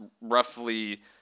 roughly